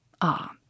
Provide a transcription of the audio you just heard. Ah